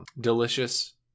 delicious